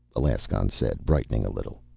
alaskon said, brightening a little.